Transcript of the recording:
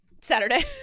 Saturday